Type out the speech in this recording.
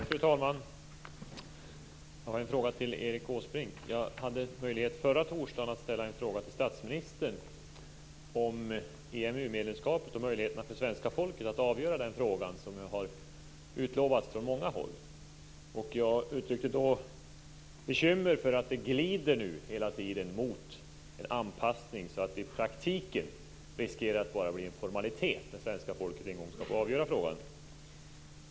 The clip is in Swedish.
Fru talman! Jag har en fråga till Erik Åsbrink. Jag hade förra torsdagen möjlighet att ställa en fråga till statsministern om möjligheterna för svenska folket att avgöra frågan om EMU-medlemskapet, som har utlovats från många håll. Jag uttryckte då bekymmer för att vi nu hela tiden glider mot en anpassning, så att det i praktiken riskerar att bara bli en formalitet när svenska folket en gång skall få avgöra frågan.